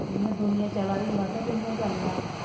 जियां दुनियां चला दी हून असें बी इं'या चलना